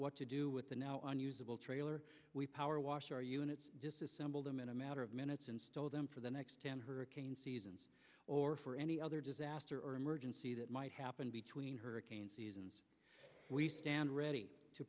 what to do with the now unusable trailer we power wash our units disassemble them in a matter of minutes install them for the next hurricane season or for any other disaster or emergency that might happen between hurricane seasons we stand ready to